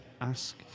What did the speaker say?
ask